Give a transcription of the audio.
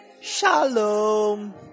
Shalom